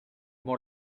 more